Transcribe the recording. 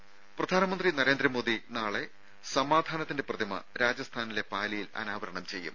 ദ്ദേ പ്രധാനമന്ത്രി നരേന്ദ്രമോദി നാളെ സമാധാനത്തിന്റെ പ്രതിമ രാജസ്ഥാനിലെ പാലിയിൽ അനാവരണം ചെയ്യും